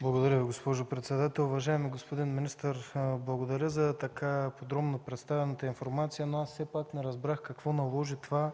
Благодаря Ви, госпожо председател. Уважаеми господин министър, благодаря за подробно представената информация, но все пак не разбрах какво наложи това